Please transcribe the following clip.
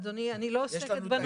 אדוני, אני לא עוסקת בנושא.